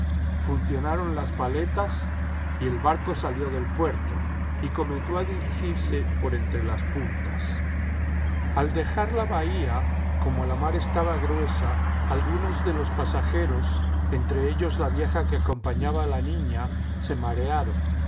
funcionaron las paletas y el barco salió del puerto y comenzó a dirigirse por entre las puntas al dejar la bahía como la mar estaba gruesa algunos de los pasajeros entre ellos la vieja que acompañaba a la niña se marearon